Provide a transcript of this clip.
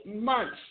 months